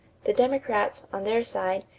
the democrats, on their side,